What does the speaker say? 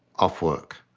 off work,